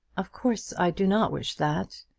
of course i do not wish that.